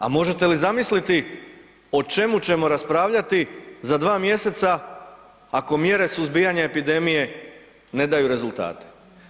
A možete li zamisliti o čemu ćemo raspravljati za dva mjeseca ako mjere suzbijanja epidemije ne daju rezultate?